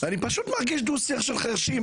אני מרגיש דו-שיח של חרשים.